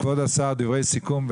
כבוד השר, דברי סיכום.